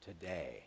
today